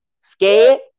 scared